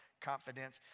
confidence